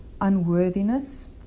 unworthiness